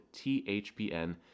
THPN